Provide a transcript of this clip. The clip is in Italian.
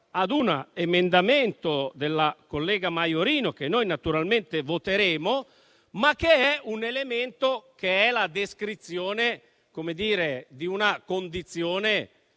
a un emendamento della collega Maiorino, che noi naturalmente voteremo, che è la descrizione di una condizione